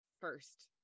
first